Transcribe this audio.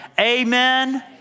Amen